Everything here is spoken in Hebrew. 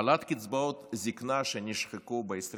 העלאת קצבאות זקנה שנשחקו ב-20